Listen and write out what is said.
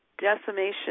decimation